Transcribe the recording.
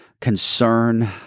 concern